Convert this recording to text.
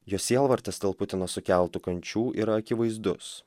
jo sielvartas dėl putino sukeltų kančių yra akivaizdus